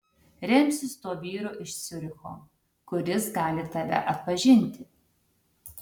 remsis tuo vyru iš ciuricho kuris gali tave atpažinti